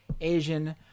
Asian